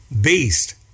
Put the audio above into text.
beast